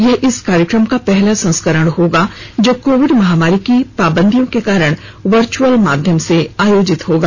यह इस कार्यक्रम का पहला संस्करण होगा जो कोविड महामारी की पाबंदियों के कारण वर्चुअल माध्यम से आयोजित होगा